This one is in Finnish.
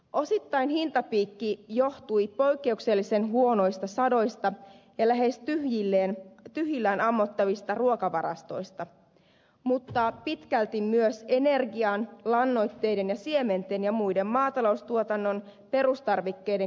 osittain hintapiikki johtui poikkeuksellisen huonoista sadoista ja lähes tyhjillään ammottavista ruokavarastoista mutta pitkälti myös energian lannoitteiden ja siementen ja muiden maataloustuotannon perustarvikkeiden kallistumisesta